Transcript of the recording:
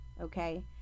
Okay